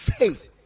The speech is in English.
faith